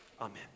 Amen